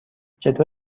چطور